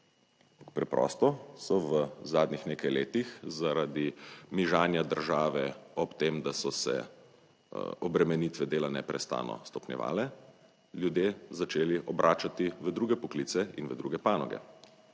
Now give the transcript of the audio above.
Preprosto so v zadnjih nekaj letih zaradi mižanja države ob tem, da so se obremenitve dela neprestano stopnjevale, ljudje začeli obračati v druge poklice in v druge panoge.